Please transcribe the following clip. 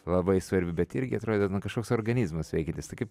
labai svarbi bet irgi atrodė nu kažkoks organizmas veikiantis tai kaip